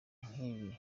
nk’ibi